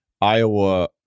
Iowa